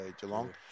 Geelong